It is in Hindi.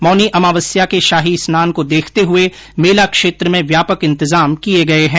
मौनी अमावस्या के शाही स्नान को देखते हुए मेला क्षेत्र में व्यापक इंतजाम किये गये है